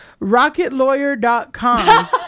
rocketlawyer.com